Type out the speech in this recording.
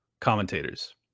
commentators